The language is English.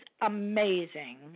amazing